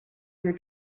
your